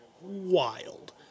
wild